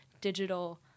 digital